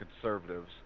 conservatives